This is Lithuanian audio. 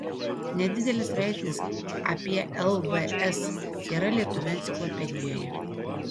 nedidelis straipsnis apie lvs tėra lietuvių enciklopedijoje